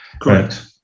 Correct